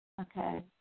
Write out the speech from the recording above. Okay